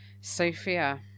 Sophia